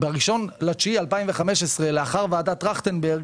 ב-01.09.2015 לאחר ועדת טרכטנברג